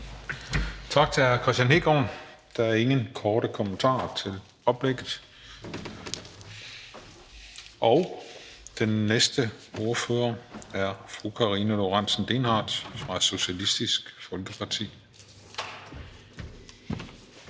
Tak til hr. Kristian Hegaard. Der er ingen korte bemærkninger til oplægget. Den næste ordfører er fru Karina Lorenzen Dehnhardt fra Socialistisk Folkeparti.